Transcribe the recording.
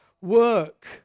work